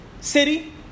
city